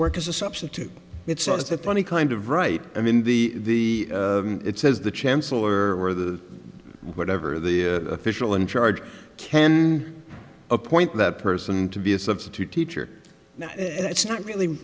work as a substitute it's not that funny kind of right i mean the it says the chancellor or the whatever the official in charge can appoint that person to be a substitute teacher now it's not really